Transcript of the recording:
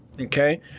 okay